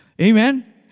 Amen